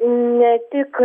ne tik